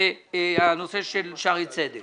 ולגבי שערי צדק.